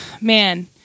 man